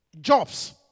Jobs